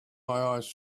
eyes